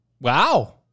Wow